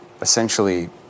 essentially